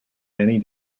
many